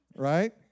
Right